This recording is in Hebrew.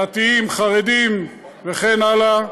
דתיים, חרדים וכן הלאה.